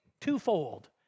twofold